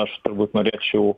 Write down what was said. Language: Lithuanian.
aš turbūt norėčiau